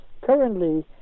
currently